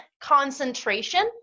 concentration